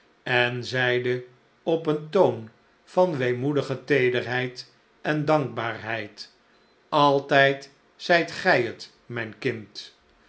en zeide op een toon van weemoedige teederheid en dankbaarheid altijd zijt gij het mijn kind